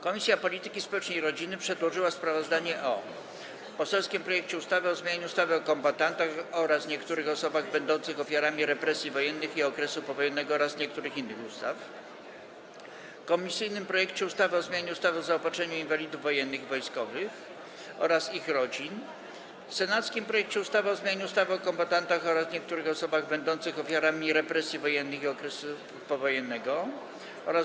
Komisja Polityki Społecznej i Rodziny przedłożyła sprawozdanie o: - poselskim projekcie ustawy o zmianie ustawy o kombatantach oraz niektórych osobach będących ofiarami represji wojennych i okresu powojennego oraz niektórych innych ustaw, - komisyjnym projekcie ustawy o zmianie ustawy o zaopatrzeniu inwalidów wojennych i wojskowych oraz ich rodzin oraz niektórych innych ustaw, - senackim projekcie ustawy o zmianie ustawy o kombatantach oraz niektórych osobach będących ofiarami represji wojennych i okresu powojennego oraz